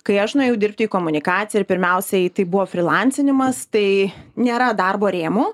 kai aš nuėjau dirbti į komunikaciją ir pirmiausiai tai buvo frilansinimas tai nėra darbo rėmų